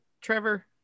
Trevor